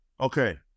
Okay